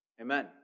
Amen